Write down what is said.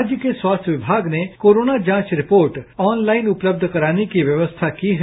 राज्य के स्वास्थ्य विमाग ने कोरोना जांच रिपोर्ट ऑनलाइन उपलब्ध कराने की व्यवस्था की है